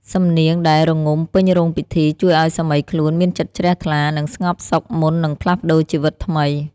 សំនៀងដែលរងំពេញរោងពិធី ជួយឱ្យសាមីខ្លួនមានចិត្តជ្រះថ្លា និងស្ងប់សុខមុននឹងផ្លាស់ប្តូរជីវិតថ្មី។